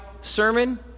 sermon